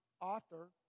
author